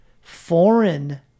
foreign